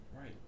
Right